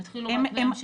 הם יתחילו רק ביום שני.